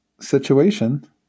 situation